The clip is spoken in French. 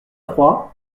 froid